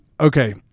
okay